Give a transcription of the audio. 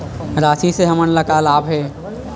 राशि से हमन ला का लाभ हे?